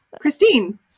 Christine